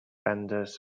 vendors